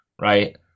right